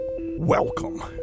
Welcome